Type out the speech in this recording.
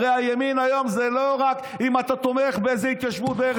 הרי הימין היום זה לא רק אם אתה תומך באיזו התיישבות בארץ ישראל.